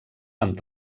amb